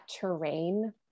terrain